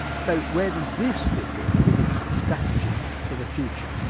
so, where does this fit in with its strategy for the future?